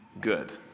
good